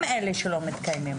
הוא זה שלא מתקיים?